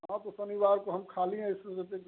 हाँ तो शनिवार को हम खाली हैं इस वज़ह से